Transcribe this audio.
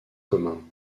communs